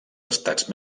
estats